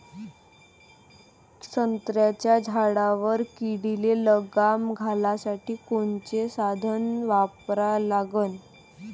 संत्र्याच्या झाडावर किडीले लगाम घालासाठी कोनचे साधनं वापरा लागन?